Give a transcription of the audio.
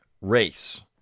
race